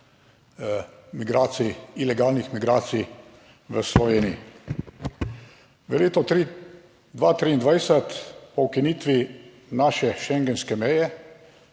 ilegalnih migracij v Sloveniji. V letu 2023 po ukinitvi naše schengenske meje,